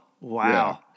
Wow